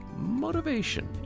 motivation